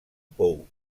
pou